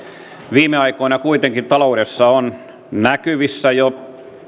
viime aikoina kuitenkin taloudessa on ollut jo näkyvissä